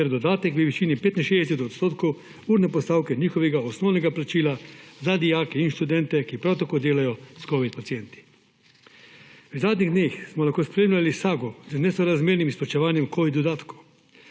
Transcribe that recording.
ter dodatek v višini 65 % urne postavke njihovega osnovnega plačila za dijake in študente, ki prav tako delajo s covid pacienti. V zadnjih dneh smo lahko spremljali sago z nesorazmernim izplačevanjem covid dodatkov;